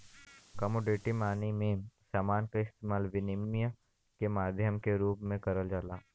commodity money में समान क इस्तेमाल विनिमय के माध्यम के रूप में करल जाला